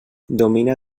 domina